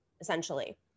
essentially